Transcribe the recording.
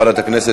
מוועדת החוקה,